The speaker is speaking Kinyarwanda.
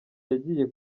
yagiye